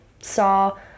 saw